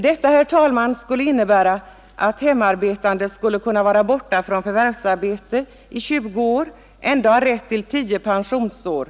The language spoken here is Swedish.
Detta skulle innebära att hemmaarbetande förälder skulle kunna vara borta från förvärvsarbetet i 20 år och ändå ha rätt till tio pensionsår.